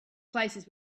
places